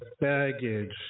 baggage